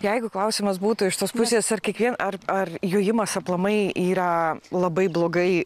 jeigu klausimas būtų iš tos pusės ar kiekvie ar ar jojimas aplamai yra labai blogai